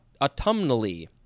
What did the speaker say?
autumnally